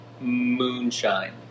Moonshine